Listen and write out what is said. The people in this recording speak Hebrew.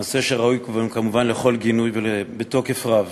מעשה שראוי כמובן לכל גינוי ובתוקף רב.